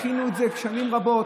הכינו אותה שנים רבות.